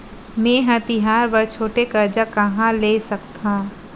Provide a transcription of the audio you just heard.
मेंहा तिहार बर छोटे कर्जा कहाँ ले सकथव?